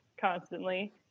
constantly